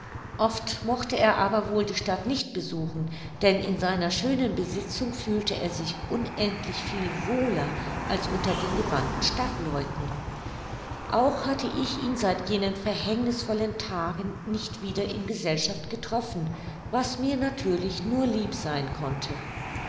oft mochte er aber wohl die stadt nicht besuchen denn in seiner schönen besitzung fühlte er sich unendlich viel wohler als unter den gewandten stadtleuten auch hatte ich ihn seit jenen verhängnißvollen tagen nicht wieder in gesellschaft getroffen was mir natürlich nur lieb sein konnte